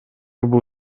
бул